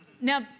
now